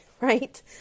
right